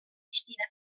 cristina